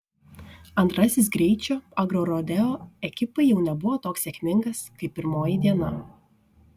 antrasis greičio agrorodeo ekipai jau nebuvo toks sėkmingas kaip pirmoji diena